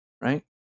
right